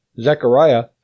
Zechariah